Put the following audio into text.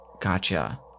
Gotcha